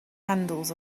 handles